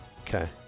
Okay